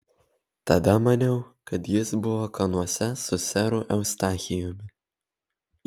tada maniau kad jis buvo kanuose su seru eustachijumi